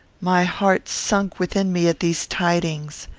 my heart sunk within me at these tidings.